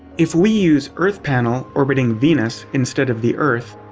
if we use earth panel orbiting venus instead of the earth,